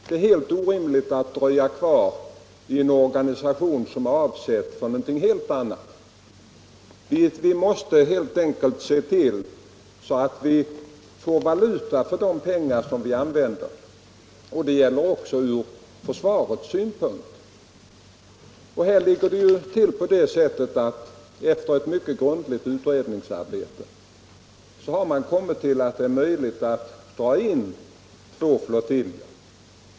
Det är helt orimligt att dröja kvar i en organisation som är avsedd för något helt annat. Vi måste helt enkelt se till att vi är rationella och får valuta för de pengar som vi lägger ned. Det gäller också från försvarets synpunkt. Efter ett mycket grundligt utredningsarbete har man alltså kommit fram till att det är möjligt att dra in två flottiljer.